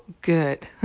good